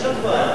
יש הצבעה.